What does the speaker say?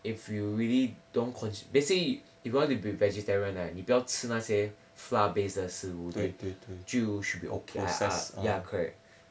if you really don't consum~ basically if you want to be vegetarian right 你不要吃那些 flour based 的食物就 should be okay ah ya correct